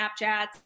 Snapchats